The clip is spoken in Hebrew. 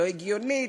לא הגיונית,